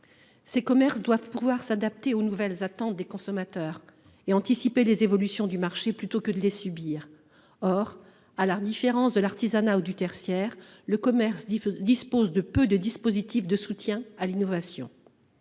Les commerces doivent pouvoir s’adapter aux nouvelles attentes des consommateurs et anticiper les évolutions du marché plutôt que de les subir. Or, à la différence de l’artisanat ou du tertiaire, le commerce dispose de peu de dispositifs de soutien à l’innovation.